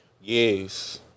Yes